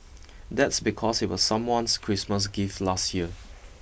that's because it was someone's Christmas gift last year